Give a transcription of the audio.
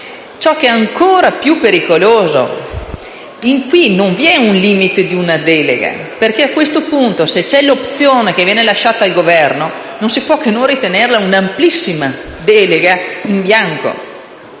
ciò che è ancora più pericoloso, perché qui non vi è il limite di una delega; a questo punto, se l'opzione viene lasciata al Governo, non si può che ritenerla un'amplissima delega in bianco.